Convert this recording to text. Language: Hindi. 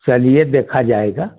चलिए देखा जाएगा